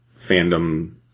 fandom